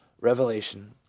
revelation